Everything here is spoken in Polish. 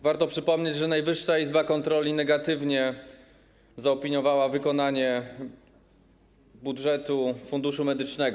Warto przypomnieć, że Najwyższa Izba Kontroli negatywnie zaopiniowała wykonanie budżetu Funduszu Medycznego.